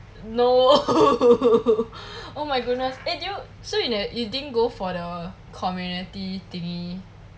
no oh my goodness eh did you so you never you didn't go for the community thingy